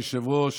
אדוני היושב-ראש,